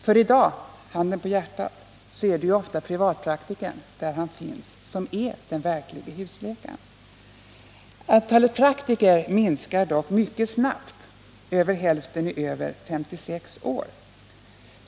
I dag — handen på hjärtat — är det nämligen ofta privatpraktikern, där han finns, som är den verklige huvudläkaren. Antalet praktiker minskar dock mycket snabbt, och över hälften är mer än 56 år.